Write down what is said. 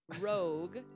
Rogue